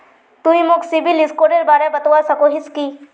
तुई मोक सिबिल स्कोरेर बारे बतवा सकोहिस कि?